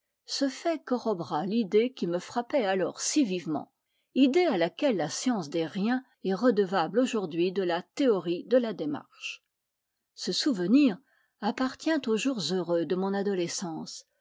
ce fait corrobora l'idée qui me frappait alors si vivement idée à laquelle la science des riens est redevable aujourd'hui de la théorie de la démarche ce souvenir appartient aux jours heureux de mon adolescence